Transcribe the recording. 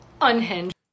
unhinged